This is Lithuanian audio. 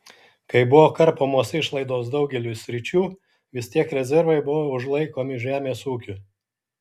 kai buvo karpomos išlaidos daugeliui sričių vis tiek rezervai buvo užlaikomi žemės ūkiui